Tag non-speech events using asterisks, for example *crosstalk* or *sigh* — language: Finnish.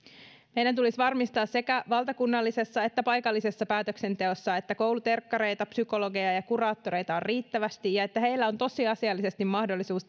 meidän tulisi varmistaa sekä valtakunnallisessa että paikallisessa päätöksenteossa että kouluterkkareita psykologeja ja kuraattoreita on riittävästi ja että heillä on tosiasiallisesti mahdollisuus *unintelligible*